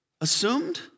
Assumed